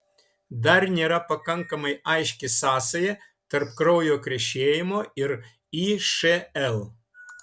dar nėra pakankamai aiški sąsaja tarp kraujo krešėjimo ir išl